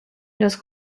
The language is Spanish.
los